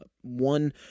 one